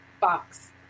box